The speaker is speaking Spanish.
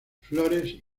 flores